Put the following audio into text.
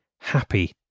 happy